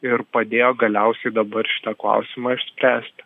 ir padėjo galiausiai dabar šitą klausimą išspręsti